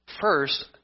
first